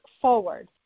forward